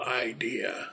idea